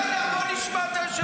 רגע, בואו נשמע את היושב-ראש.